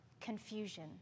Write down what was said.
confusion